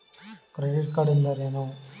Credit card ಎಂದರೇನು?